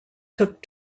took